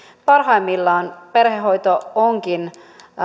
parhaimmillaan perhehoito onkin